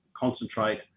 concentrate